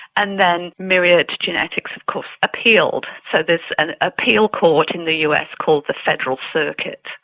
and then myriad genetics of course appealed. so there's an appeal court in the us called the federal circuit,